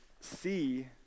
see